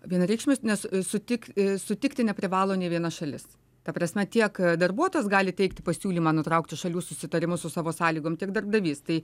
vienareikšmis nes sutik sutikti neprivalo nė viena šalis ta prasme tiek darbuotojas gali teikti pasiūlymą nutraukti šalių susitarimus su savo sąlygom tiek darbdavys tai